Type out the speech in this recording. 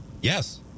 Yes